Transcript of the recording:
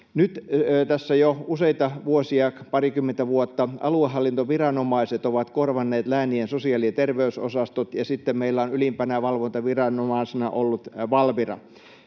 Nyt tässä jo useita vuosia, parikymmentä vuotta, aluehallintoviranomaiset ovat korvanneet läänien sosiaali- ja terveysosastot, ja sitten meillä on ylimpänä valvontaviranomaisena ollut Valvira